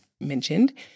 mentioned